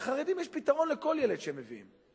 לחרדים יש פתרון לכל ילד שמביאים.